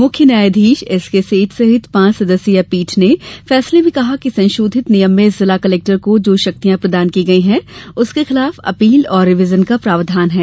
मुख्य न्यायाधीश एसकेसेठ सहित पांच सदस्यीय पीठ ने फैसले में कहा कि संशोधित नियम में जिला कलेक्टर को जो शक्तियां प्रदान की गयी है उसके खिलाफ अपील और रिवीजन का प्रावधान है